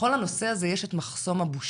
בכל הנושא הזה יש את מחסום הבושה,